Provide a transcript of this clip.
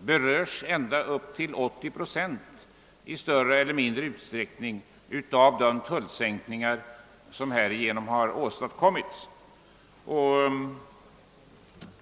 berörs exempelvis ända upp till 80 procent av de tullsänkningar som åstadkommits genom Kennedyronden.